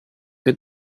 che